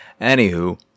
Anywho